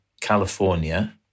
California